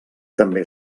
també